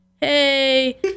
Hey